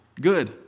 Good